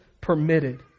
permitted